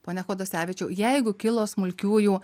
pone kodosevičiau jeigu kilo smulkiųjų